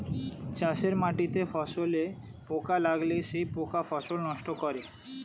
চাষের মাটিতে ফসলে পোকা লাগলে সেই পোকা ফসল নষ্ট করে